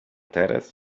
teraz